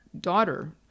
daughter